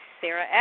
Sarah